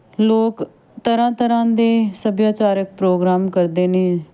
ਲੋਕ ਤਰ੍ਹਾਂ ਤਰ੍ਹਾਂ ਦੇ ਸੱਭਿਆਚਾਰਿਕ ਪ੍ਰੋਗਰਾਮ ਕਰਦੇ ਨੇ